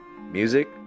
music